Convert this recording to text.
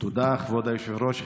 תודה, כבוד היושב-ראש.